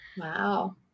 Wow